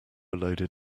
loaded